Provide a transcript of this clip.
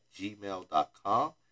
gmail.com